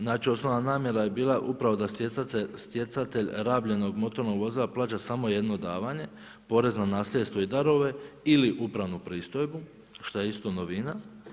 Znači osnovna namjera je bila upravo da stjecatelj rabljenog motornog vozila plaća samo jedno davanje, porez na nasljedstvo i darove ili upravnu pristojbu, što je isto novina.